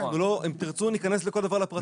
אם תרצו, ניכנס לפרטים.